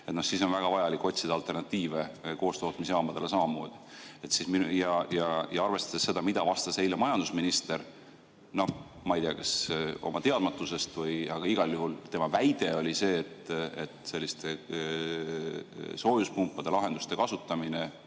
raiuda, on väga vajalik otsida alternatiive koostootmisjaamadele samamoodi. Ja arvestades seda, mida vastas eile majandusminister, noh, ma ei tea, kas oma teadmatusest, aga igal juhul tema väide oli see, et selliste soojuspumpade lahenduste [väljatöötamine]